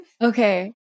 Okay